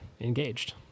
engaged